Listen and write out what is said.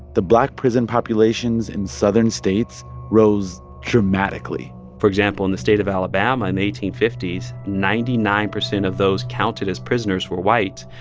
the black prison populations in southern states rose dramatically for example, in the state of alabama in the eighteen fifty s, ninety nine percent of those counted as prisoners were white.